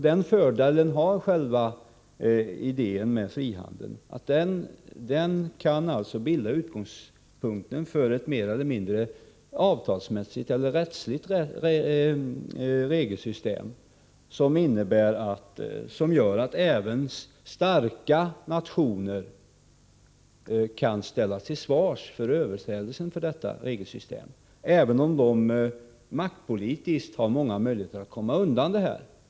Den fördelen har själva idén om frihandel att den kan bilda utgångspunkten för ett mer eller mindre avtalsmässigt eller rättsligt regelsystem, som gör att även starka nationer kan ställas till svars för överträdelser i detta regelsystem, även om de maktpolitiskt har många möjligheter att komma undan det.